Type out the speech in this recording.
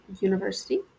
University